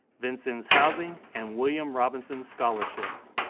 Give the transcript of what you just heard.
vincennes housing and william robinson scholarships.